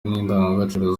n’indangagaciro